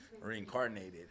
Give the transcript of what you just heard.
reincarnated